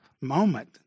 moment